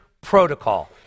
protocol